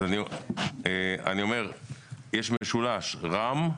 אז אני אומר שיש משולש: רם,